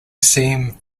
seam